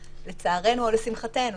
לצערנו או לשמחתנו.